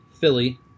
Philly